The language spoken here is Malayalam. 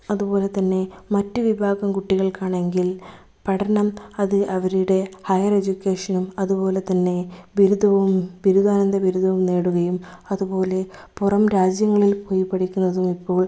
അതുപോലെതന്നെ മറ്റുവിഭാഗം കുട്ടികൾക്കാണെങ്കിൽ പഠനം അത് അവരുടെ ഹയർ എജ്യുക്കേഷനും അതുപോലെ തന്നെ ബിരുദവും ബിരുദാനന്തര ബിരുദവും നേടുകയും അതുപോലെ പുറം രാജ്യങ്ങളിൽ പോയി പഠിക്കുന്നതും ഇപ്പോൾ